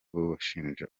bashinja